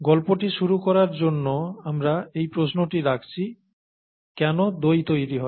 গল্পটি শুরু করার জন্য আমরা এই প্রশ্নটি রাখছি কেন দই তৈরি হয়